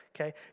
okay